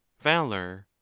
valour,